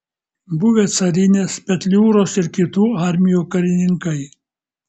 buvę carinės petliūros ir kitų armijų karininkai